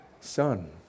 Son